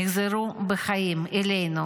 יחזרו בחיים אלינו.